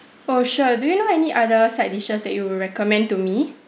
oh sure do you know any other side dishes that you would recommend to me